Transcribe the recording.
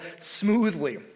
smoothly